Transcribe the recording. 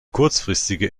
kurzfristige